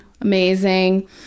amazing